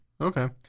okay